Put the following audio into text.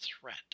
threat